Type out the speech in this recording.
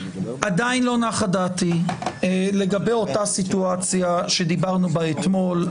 עדיין לא נחה דעתי לגבי אותה סיטואציה שדיברנו בה אתמול.